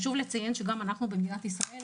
חשוב לציין שגם אנחנו במדינת ישראל